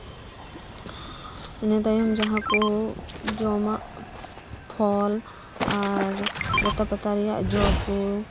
ᱤᱱᱟᱹ ᱛᱟᱭᱚᱢ ᱡᱟᱦᱟᱸ ᱠᱚ ᱡᱚᱢᱟᱜ ᱯᱷᱚᱞ ᱟᱨ ᱞᱚᱛᱟ ᱯᱟᱛᱟ ᱨᱮᱭᱟᱜ ᱡᱚ ᱠᱚ